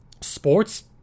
Sports